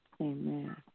Amen